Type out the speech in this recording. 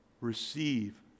receive